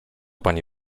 pani